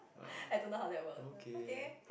I don't know how that works but okay